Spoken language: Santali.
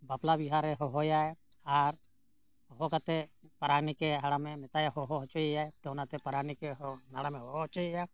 ᱵᱟᱯᱞᱟ ᱵᱤᱦᱟᱹᱨᱮ ᱦᱚᱦᱚᱭᱟᱭ ᱟᱨ ᱦᱚᱦᱚ ᱠᱟᱛᱮᱫ ᱯᱟᱨᱟᱱᱤᱠᱮ ᱦᱟᱲᱟᱢᱮ ᱢᱮᱛᱟᱭᱟ ᱦᱚᱦᱚ ᱦᱚᱪᱚᱭᱮᱭᱟᱭ ᱛᱚ ᱚᱱᱟᱛᱮ ᱯᱟᱨᱟᱱᱤᱠᱮ ᱦᱟᱲᱟᱢᱮ ᱦᱚᱦᱚ ᱦᱚᱪᱚᱭᱮᱭᱟ